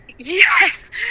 Yes